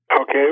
Okay